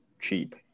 cheap